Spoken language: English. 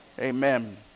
Amen